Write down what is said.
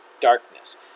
darkness